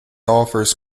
offers